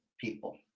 people